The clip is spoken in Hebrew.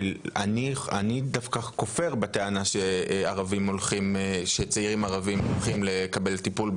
כי אני כופר בטענה שצעירים ערבים הולכים לקבל טיפול